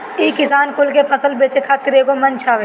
इ किसान कुल के फसल बेचे खातिर एगो मंच हवे